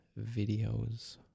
videos